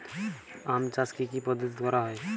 আম চাষ কি কি পদ্ধতিতে করা হয়?